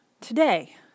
Today